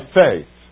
faith